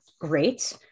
great